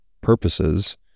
purposes